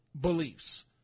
beliefs